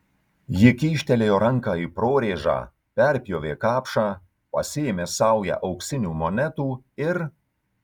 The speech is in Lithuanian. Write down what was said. ji kyštelėjo ranką į prorėžą perpjovė kapšą pasėmė saują auksinių monetų ir